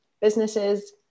businesses